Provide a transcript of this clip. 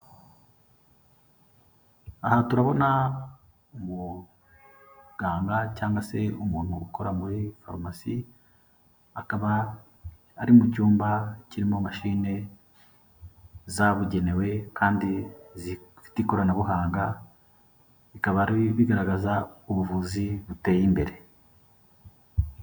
Aha turabona umuganga cyangwa se umuntu ukora muri farumasi, akaba ari mu cyumba kirimo mashine zabugenewe kandi zifite ikoranabuhanga, bikaba bigaragaza ubuvuzi buteye imbere.